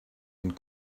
une